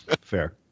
Fair